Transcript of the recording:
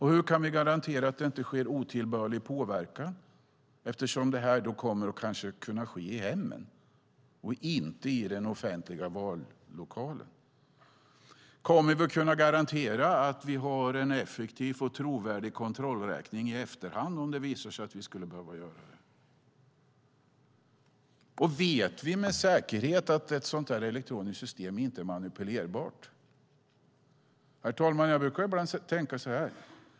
Hur kan vi garantera att det inte sker otillbörlig påverkan eftersom detta kommer att kunna ske i hemmen och inte i den offentliga vallokalen? Kommer vi att kunna garantera en effektiv och trovärdig kontrollräkning i efterhand, om det skulle visa sig att vi behöver göra en sådan? Vet vi med säkerhet att ett elektroniskt system inte är manipulerbart? Herr talman!